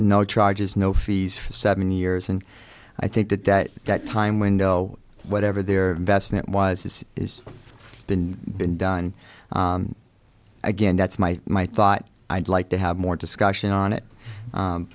no charges no fees for seven years and i think that that time window whatever their investment was this is been done again that's my my thought i'd like to have more discussion on it